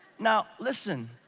now, listen.